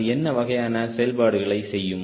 அது என்ன வகையான செயல்பாடுகளை செய்யும்